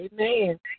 Amen